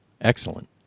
excellent